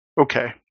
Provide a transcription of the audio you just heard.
Okay